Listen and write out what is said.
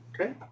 Okay